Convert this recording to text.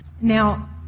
Now